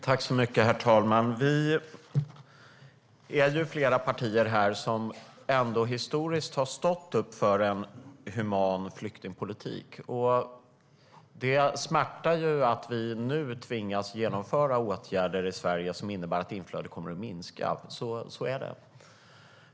Herr talman! Vi är flera partier här som historiskt har stått upp för en human flyktingpolitik. Det smärtar att vi nu tvingas genomföra åtgärder i Sverige som innebär att inflödet kommer att minska - så är det.